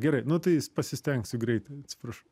gerai nu tais pasistengsiu greitai atsiprašau